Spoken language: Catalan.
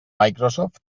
microsoft